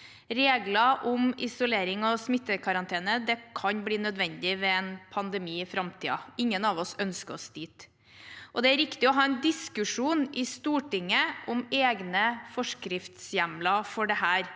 Regler om isolering og smittekarantene kan bli nødvendig ved en pandemi i framtiden. Ingen av oss ønsker oss dit. Det er riktig å ha en diskusjon i Stortinget om egne forskriftshjemler for dette,